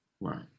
right